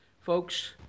Folks